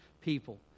people